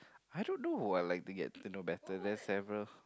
I don't know who I like to get to know better there's several